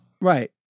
right